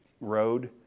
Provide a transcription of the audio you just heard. road